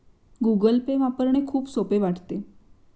Google Pay वापरणे खूप सोपे वाटते